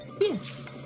Yes